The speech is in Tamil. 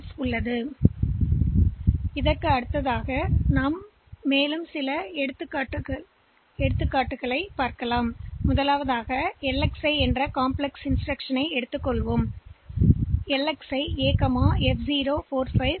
பின்னர் நாம் பல்வேறு வகையான மிசின் சைக்கிள்யைக் கொண்டிருக்கலாம் பின்னர் இந்த IO செயல்பாட்டைப் பார்க்கும்போது வெவ்வேறு வகையான மிசின் சைக்கிள்கள் IO சைக்கிள்யில்இருப்பதைக் காண்போம்